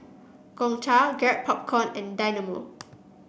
Gongcha Garrett Popcorn and Dynamo